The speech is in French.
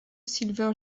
silver